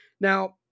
Now